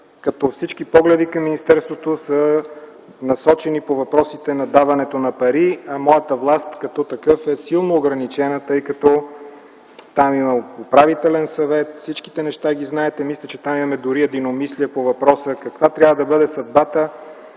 като всички погледи към министерството са насочени към въпросите за даването на пари, а моята власт като такъв е силно ограничена, тъй като там има управителен съвет – всички тези неща ги знаете. Мисля си даже, че имаме единомислие по въпроса каква трябва да бъде съдбата